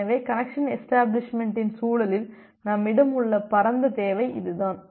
எனவே கனெக்சன் எஷ்டபிளிஷ்மெண்ட்டின் சூழலில் நம்மிடம் உள்ள பரந்த தேவை இதுதான்